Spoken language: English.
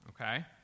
okay